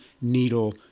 needle